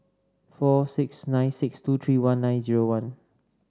four six nine six two three one nine zero one